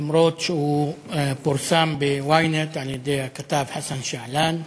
אף שהוא פורסם ב-ynet על-ידי הכתב חסן שעלאן,